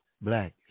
black